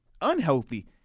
unhealthy